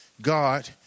God